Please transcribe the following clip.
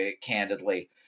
candidly